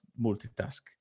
multitask